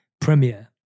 premiere